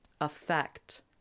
affect